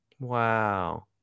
Wow